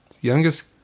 Youngest